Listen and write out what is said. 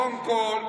קודם כול,